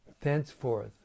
thenceforth